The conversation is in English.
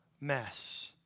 mess